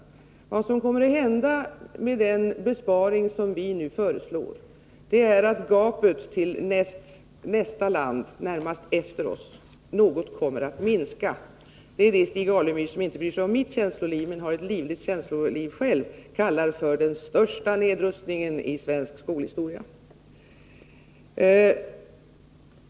Vad som kommer att hända i och med den besparing som vi nu föreslår är att gapet till det land som ligger närmast efter oss på utbildningsområdet kommer att minska något. Det är det som Stig Alemyr, som inte bryr sig om mitt känsloliv men har ett livligt känsloliv själv, kallar för den största nedrustningen i svensk skolhistoria.